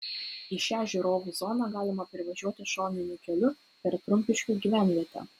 į šią žiūrovų zoną galima privažiuoti šoniniu keliu per trumpiškių gyvenvietę